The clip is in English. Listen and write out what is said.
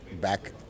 back